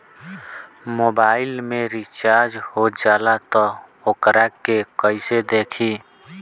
Mobile में recharge हो जाला त वोकरा के कइसे देखी?